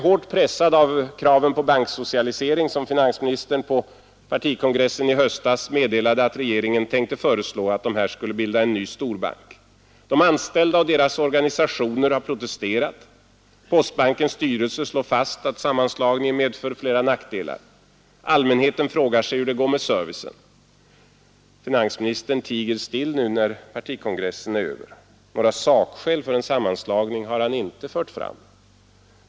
Hårt pressad av kraven på banksocialisering meddelade finansministern på partikongressen i höstas att regeringen tänkte föreslå att de båda bankerna skulle gå samman till en ny storbank. De anställda och deras organisationer har protesterat. Postbankens styrelse slår fast att en sammanslagning medför flera nackdelar. Allmänheten har frågat sig hur det t.ex. går med servicen. Finansministern tiger still nu när partikongressen är över. Några sakskäl för en sammanslagning har han inte kunnat anföra.